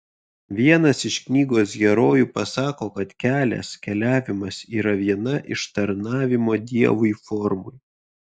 vienas iš knygos herojų pasako kad kelias keliavimas yra viena iš tarnavimo dievui formų